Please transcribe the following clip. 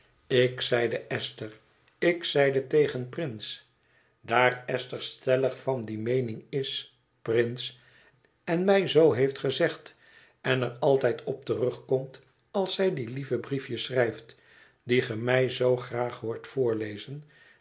ik zeide esther ik zeide tegen prince daar esther stellig van die meèning is prince en mij zoo heeft gezegd en er altijd op terugkomt als zij die lieve briefjes schrijft die ge mij zoo graag hoort voorlezen